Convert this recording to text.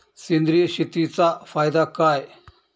सेंद्रिय शेतीचा फायदा काय?